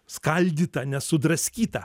skaldyta nesudraskyta